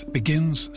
begins